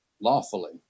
lawfully